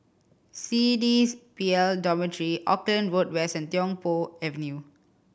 C D P L Dormitory Auckland Road West and Tiong Poh Avenue